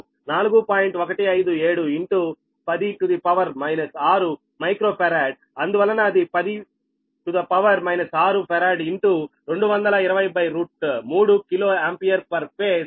157 10 6 microfarad అందువలన అది 10 6 farad into 2203కిలో ఆంపియర్ పర్ ఫేజ్